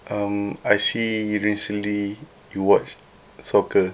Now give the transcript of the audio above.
um I see recently you watch soccer